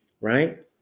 right